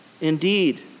Indeed